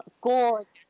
gorgeous